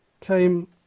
came